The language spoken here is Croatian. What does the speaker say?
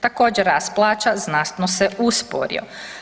Također rast plaća znatno se usporio.